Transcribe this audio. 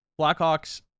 Blackhawks